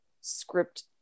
script